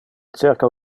cerca